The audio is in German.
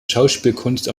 schauspielkunst